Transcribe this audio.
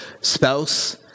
spouse